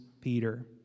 Peter